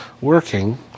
working